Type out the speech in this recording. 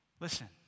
Listen